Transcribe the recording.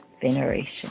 veneration